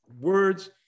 words